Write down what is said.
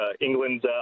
England